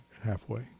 halfway